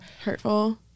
hurtful